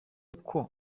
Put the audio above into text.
uko